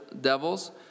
devils